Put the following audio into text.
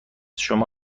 شما